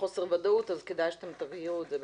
חוסר ודאות ולכן באמת כדאי שתבהירו את זה.